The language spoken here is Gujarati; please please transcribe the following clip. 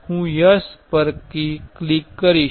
હું યસ પસંદ કરીશ